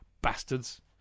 Bastards